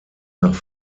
nach